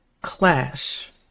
clash